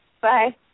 Bye